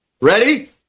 Ready